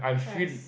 has